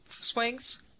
swings